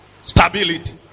Stability